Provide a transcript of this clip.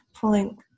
pulling